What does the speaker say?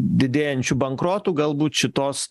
didėjančių bankrotų galbūt šitos